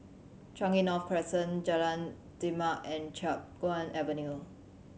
Changi North Crescent Jalan Demak and Chiap Guan Avenue